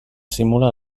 simula